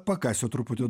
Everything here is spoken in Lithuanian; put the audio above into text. pakasiu truputį